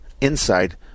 inside